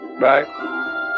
Bye